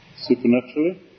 supernaturally